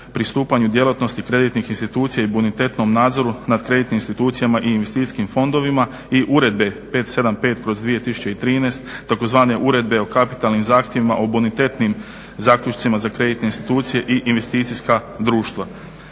pristupanju djelatnosti kreditnih institucija i bonitetnom nadzoru nad kreditnim institucijama i investicijskim fondovima i Uredbe 575/2013. Takozvane Uredbe o kapitalnim zahtjevima, o bonitetnim zaključcima za kreditne institucije i investicijska društva.